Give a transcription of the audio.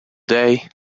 day